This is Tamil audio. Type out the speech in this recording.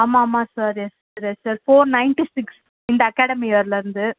ஆமாம் ஆமாம் sir yes sir four ninety six இந்த அகாடமி இயரிலருந்து